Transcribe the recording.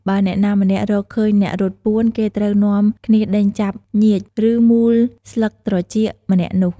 បើអ្នកណាម្នាក់ រកឃើញអ្នករត់ពួន គេត្រូវនាំគ្នាដេញចាប់ញៀច ឬមួលស្លឹកត្រចៀកម្នាក់នោះ។